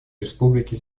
республики